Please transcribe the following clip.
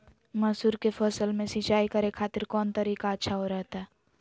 मसूर के फसल में सिंचाई करे खातिर कौन तरीका अच्छा रहतय?